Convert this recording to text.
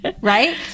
Right